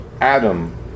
Adam